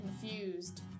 confused